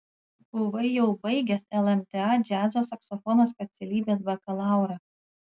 buvai jau baigęs lmta džiazo saksofono specialybės bakalaurą